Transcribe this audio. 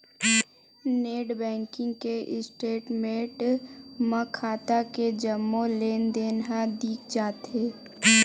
net banking के statement म खाता के जम्मो लेनदेन ह दिख जाथे